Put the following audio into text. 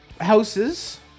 houses